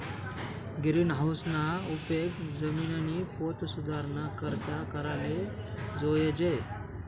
गिरीनहाऊसना उपेग जिमिननी पोत सुधाराना करता कराले जोयजे